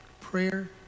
Prayer